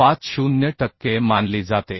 50 टक्के मानली जाते